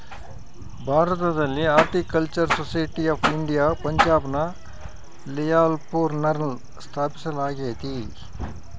ಭಾರತದಲ್ಲಿ horticultural society of India ಪಂಜಾಬ್ನ ಲಿಯಾಲ್ಪುರ್ನಲ್ಲ ಸ್ಥಾಪಿಸಲಾಗ್ಯತೆ